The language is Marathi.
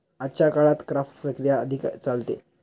आजच्या काळात क्राफ्ट प्रक्रिया अधिक चालते